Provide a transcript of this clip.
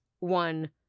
One